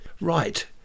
Right